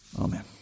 Amen